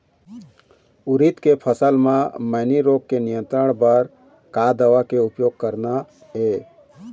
उरीद के फसल म मैनी रोग के नियंत्रण बर का दवा के उपयोग करना ये?